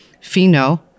Fino